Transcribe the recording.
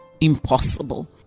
Impossible